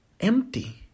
Empty